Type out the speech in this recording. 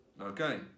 Okay